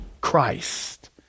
Christ